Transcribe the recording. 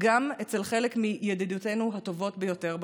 גם אצל חלק מידידותינו הטובות ביותר בעולם.